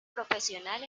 profesional